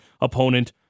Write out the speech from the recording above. opponent